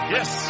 Yes